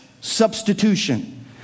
substitution